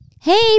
Hey